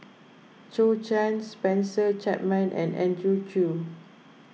Zhou Can Spencer Chapman and Andrew Chew